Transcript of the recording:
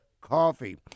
coffee